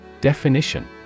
Definition